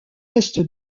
est